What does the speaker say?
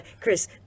Chris